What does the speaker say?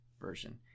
version